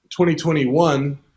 2021